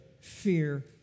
fear